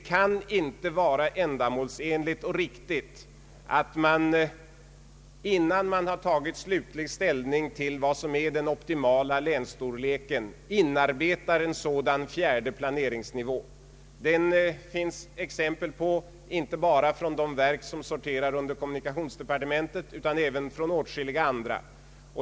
Det kan inte vara ändamålsenligt och riktigt att man, innan man har tagit slutlig ställning till vad som skall vara den optimala länsstorleken, inarbetar en sådan fjärde planeringsnivå. Det finns exempel, inte bara från de verk som sorterar under kommunikationsdepartementet utan även från åtskilliga andra.